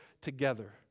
together